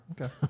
Okay